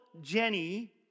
Jenny